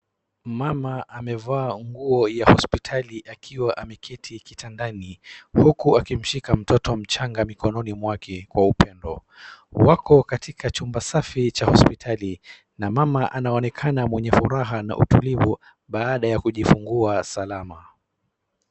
Mama amevaa nguo ya hospitali akiwa ameketi kitandani huku akimshika mtoto mchanga mikononi mwake kwa upendo. Wako katika chumba safi cha hospitali na mama anaonekana mwenye furaha na utulivu baada ya kujifungua salama.